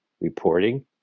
reporting